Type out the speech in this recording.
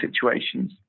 situations